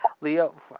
Leo